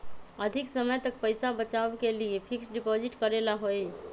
अधिक समय तक पईसा बचाव के लिए फिक्स डिपॉजिट करेला होयई?